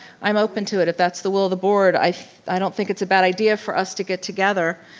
i'm open to it if that's the will of the board. i i don't think it's a bad idea for us to get together.